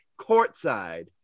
courtside